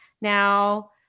now